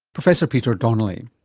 professor peter donnelly.